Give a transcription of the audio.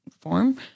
form